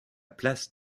place